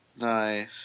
Nice